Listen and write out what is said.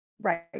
Right